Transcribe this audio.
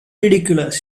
ridiculous